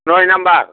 नय नाम्बार